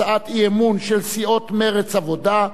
הצעת אי-אמון של סיעות מרצ העבודה.